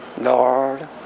Lord